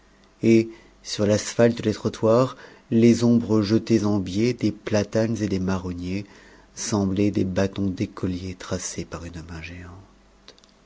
et sur l'asphalte des trottoirs les ombres jetées en biais des platanes et des marronniers semblaient des bâtons d'écolier tracés par une main géante